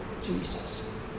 Jesus